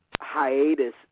hiatus